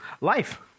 life